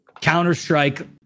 counter-strike